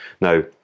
Now